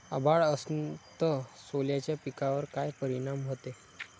अभाळ असन तं सोल्याच्या पिकावर काय परिनाम व्हते?